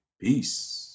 Peace